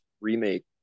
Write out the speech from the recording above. remake